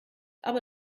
aber